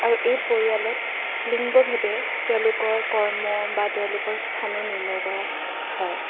আৰু এই পৰিয়ালত লিংগভেদে তেওঁলোকৰ কৰ্ম বা তেওঁলোকৰ স্থানো নিৰ্ণয় কৰা হয়